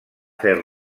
fer